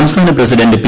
സംസ്ഥാന president P